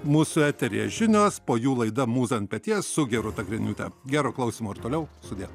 mūsų eteryje žinios po jų laida mūza ant peties su gerūta griniūte gero klausymo ir toliau sudie